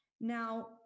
Now